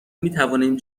میتوانیم